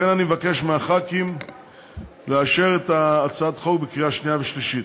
לכן אני מבקש מחברי הכנסת לאשר את הצעת החוק בקריאה שנייה ושלישית.